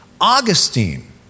Augustine